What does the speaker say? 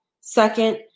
Second